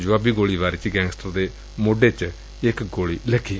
ਜੁਆਬੀ ਗੋਲੀਬਾਰੀ ਚ ਗੈਗਸਟਰ ਦੇ ਮੋਢੇ ਚ ਇਕ ਗੋਲੀ ਲੱਗੀ